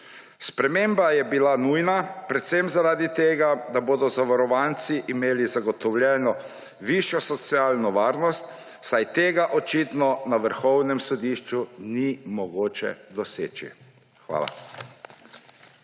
Sprememba je bila nujna predvsem zaradi tega, da bodo zavarovanci imeli zagotovljeno višjo socialno varnost, saj tega očitno na Vrhovnem sodišču ni mogoče doseči. Hvala.